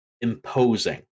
imposing